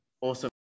Awesome